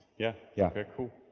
yeah yeah, okay cool.